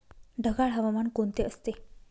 ढगाळ हवामान कोणते असते?